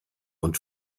und